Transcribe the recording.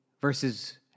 versus